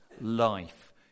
life